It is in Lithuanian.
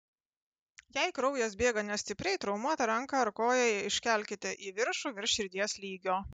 jei kraujas bėga nestipriai traumuotą ranką ar koją iškelkite į viršų virš širdies lygio